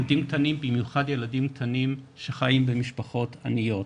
במיוחד ילדים קטנים שחיים במשפחות עניות.